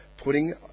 putting